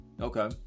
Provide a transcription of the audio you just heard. Okay